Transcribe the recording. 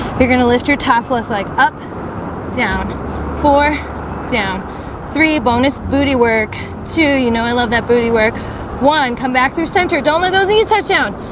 you're gonna lift your top left leg up down four down three bonus booty work you know i love that booty work one come back through center. don't let those neotec down.